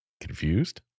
Confused